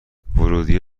ورودیه